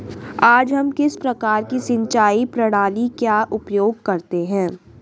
आज हम किस प्रकार की सिंचाई प्रणाली का उपयोग करते हैं?